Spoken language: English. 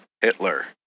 Hitler